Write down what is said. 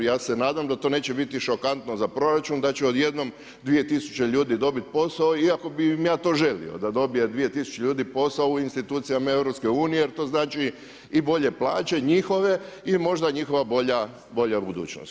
Ja se nadam da to neće biti šokantno za proračun, da će odjednom dvije tisuće ljudi dobiti posao, iako bi im ja to želio da dobije dvije tisuće ljudi posao u institucijama EU jer to znači i bolje plaće njihove i možda njihova bolja budućnost.